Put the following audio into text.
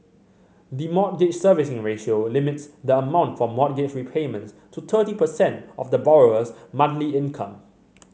the Mortgage Servicing Ratio limits the amount for mortgage repayments to thirty percent of the borrower's monthly income